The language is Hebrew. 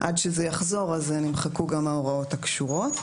עד שזה יחזור אז נמחקו גם ההוראות הקשורות.